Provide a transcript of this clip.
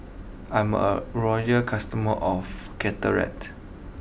I'm a loyal customer of Caltrate